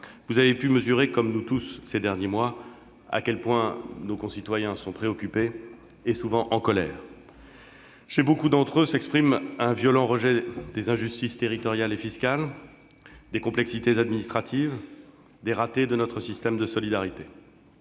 vous avez pu mesurer, comme nous tous ces derniers mois, à quel point nos concitoyens sont préoccupés et, souvent, en colère. Chez beaucoup d'entre eux s'expriment un violent rejet des injustices territoriales et fiscales, des complexités administratives, des ratés de notre système de solidarité,